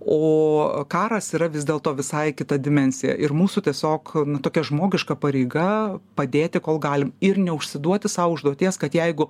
o karas yra vis dėl to visai kita dimensija ir mūsų tiesiog tokia žmogiška pareiga padėti kol galim ir neužsiduoti sau užduoties kad jeigu